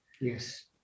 Yes